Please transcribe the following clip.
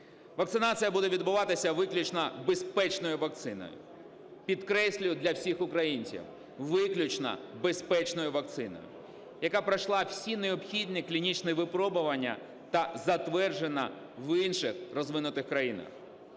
Вакцинація буде відбуватися виключно безпечною вакциною, підкреслюю для всіх українців – виключно безпечною вакциною, яка пройшла всі необхідні клінічні випробування та затверджена в інших розвинутих країнах.